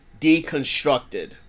deconstructed